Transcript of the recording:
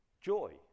Joy